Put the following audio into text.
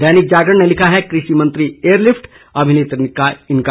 दैनिक जागरण ने लिखा है कृषि मंत्री एयरलिफट अभिनेत्री का इंकार